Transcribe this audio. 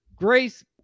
Grace